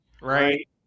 right